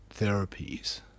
therapies